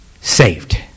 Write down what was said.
saved